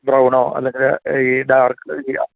ബ്രൗണോ അല്ലെങ്കിൽ ഈ ഡാർക്ക് ചെയ്യാം